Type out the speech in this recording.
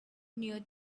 near